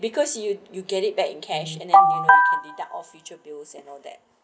because you you you get it back in cash and then deduct or future bills and all that